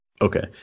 Okay